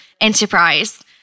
enterprise